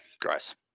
gross